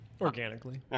Organically